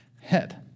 head